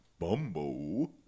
Bumbo